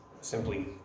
simply